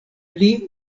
pli